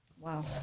Wow